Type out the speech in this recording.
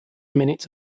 minutes